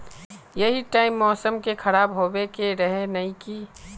यही टाइम मौसम के खराब होबे के रहे नय की?